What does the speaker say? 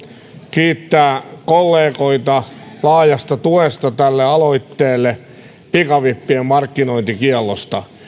kiittää kollegoita laajasta tuesta tälle aloitteelle pikavippien markkinointikiellosta